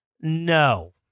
No